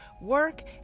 work